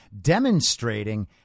demonstrating